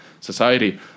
society